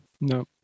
No